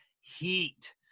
Heat